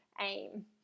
AIM